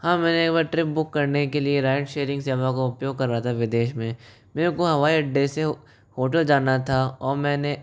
हाँ मैंने एक बार ट्रिप बुक करने के लिए राइड शेयरिंग सेवा का उपयोग कर रहा था विदेश में मेरे को हवाई अड्डे से होटल जाना था और मैंने